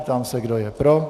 Ptám se, kdo je pro?